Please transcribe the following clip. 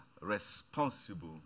responsible